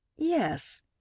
Yes